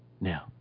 Now